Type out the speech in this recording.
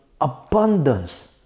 abundance